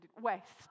West